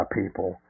people